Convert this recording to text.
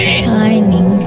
shining